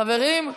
חברים,